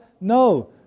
No